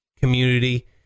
community